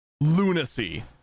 lunacy